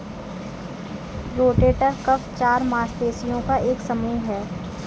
rotator cuff चार मांसपेशियों का एक समूह है